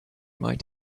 might